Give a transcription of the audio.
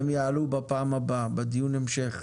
הם יעלו בפעם הבאה, בדיון המשך.